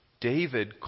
David